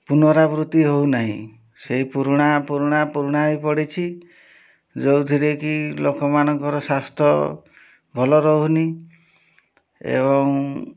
ପୁନରାବୃତ୍ତି ହେଉନାହିଁ ସେହି ପୁରୁଣା ପୁରୁଣା ପୁରୁଣା ହୋଇ ପଡ଼ିଛି ଯେଉଁଥିରେ କି ଲୋକମାନଙ୍କର ସ୍ୱାସ୍ଥ୍ୟ ଭଲ ରହୁନି ଏବଂ